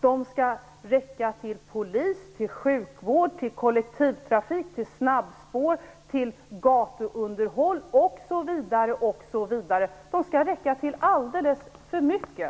De skall räcka till polis, sjukvård, kollektivtrafik, snabbspår, gatunderhåll, osv. De skall räcka till alldeles för mycket.